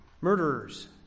murderers